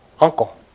uncle